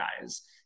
guys